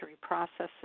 processing